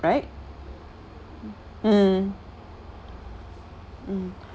right mm mm